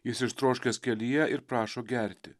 jis ištroškęs kelyje ir prašo gerti